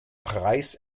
preis